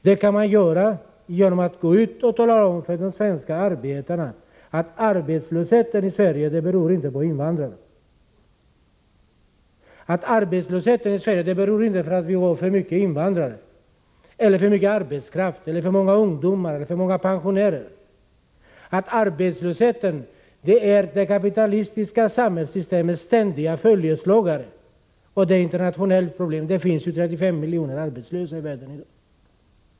Detta kan man göra genom att gå ut och tala om för de svenska arbetarna att arbetslösheten i Sverige inte beror på att vi har för många invandrare eller att vi har för mycket arbetskraft eller för många ungdomar eller pensionärer, utan att arbetslösheten är det kapitalistiska samhällssystemets ständiga följeslagare. Det är ett internationellt problem. Det finns ju 35 miljoner arbetslösa i världen i dag.